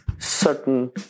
certain